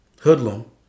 Hoodlum